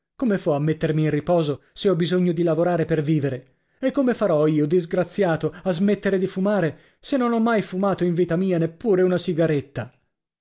come fo a mettermi in riposo se ho bisogno di lavorare per vivere e come farò io disgraziato a smettere di fumare se non ho mai fumato in vita mia neppure una sigaretta